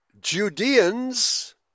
Judeans